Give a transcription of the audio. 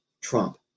Trump